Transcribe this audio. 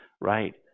Right